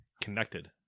Connected